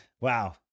wow